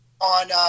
on